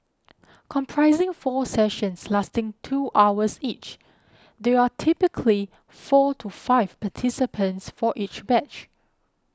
comprising four sessions lasting two hours each there are typically four to five participants for each batch